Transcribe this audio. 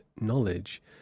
knowledge